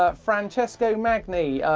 ah francesco magni,